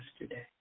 yesterday